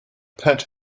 pet